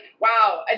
wow